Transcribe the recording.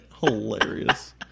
Hilarious